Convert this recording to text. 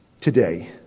today